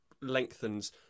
lengthens